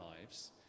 lives